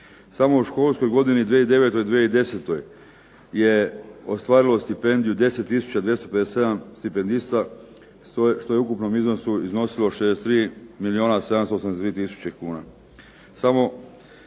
Samo u školskoj godini 2009./2010. je ostvarilo stipendiju 10257 stipendista što je u ukupnom iznosu iznosilo 63782 tisuće kuna.